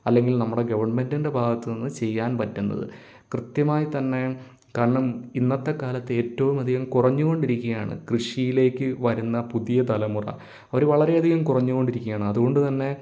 അല്ലെങ്കിൽ നമ്മുടെ ഗവൺമെന്റിൻ്റെ ഭാഗത്തു നിന്ന് ചെയ്യാൻ പറ്റുന്നത് കൃത്യമായി തന്നെ കാരണം ഇന്നത്തെ കാലത്ത് ഏറ്റവും അധികം കുറഞ്ഞു കൊണ്ടിരിക്കുകയാണ് കൃഷിയിലേക്ക് വരുന്ന പുതിയ തലമുറ ഒരു വളരെയധികം കുറഞ്ഞു കൊണ്ടിരിക്കുകയാണ് അതുകൊണ്ടു തന്നെ